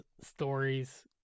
stories